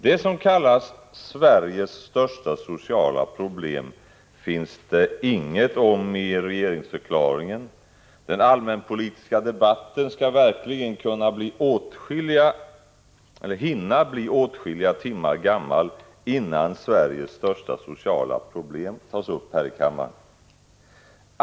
Det som kallas Sveriges största sociala problem finns det inget om i regeringsförklaringen. Den allmänpolitiska debatten skall verkligen hinna bli åtskilliga timmar gammal innan ”Sveriges största sociala problem” tas upp här i kammaren.